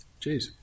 jeez